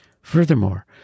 Furthermore